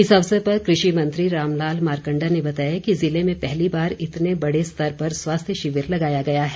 इस अवसर पर कृषि मंत्री रामलाल मारकंडा ने बताया कि जिले में पहली बार इतने बड़े स्तर पर स्वास्थ्य शिविर लगाया गया है